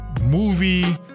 movie